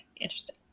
interesting